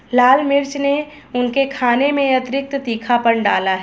लाल मिर्च ने उनके खाने में अतिरिक्त तीखापन डाला है